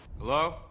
Hello